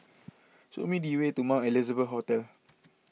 show me the way to Mount Elizabeth Hospital